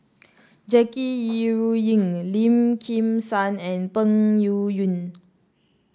Jackie Yi Ru Ying Lim Kim San and Peng Yuyun